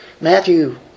Matthew